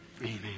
Amen